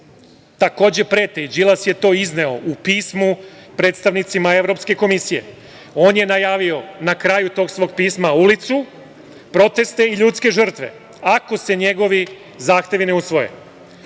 takođe prete i Đilas je to izneo u pismu predstavnicima Evropske komisije. On je najavio na kraju tog svog pisma ulicu, proteste i ljudske žrtve ako se njegovi zahtevi ne usvoje. Ovaj